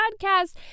podcast